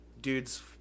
dudes